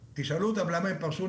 תשאלו אותם למה הם פרשו,